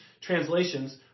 translations